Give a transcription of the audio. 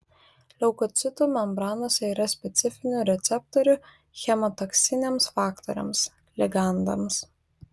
leukocitų membranose yra specifinių receptorių chemotaksiniams faktoriams ligandams